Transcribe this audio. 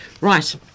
Right